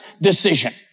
decision